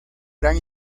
gran